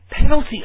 penalty